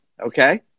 Okay